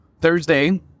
Thursday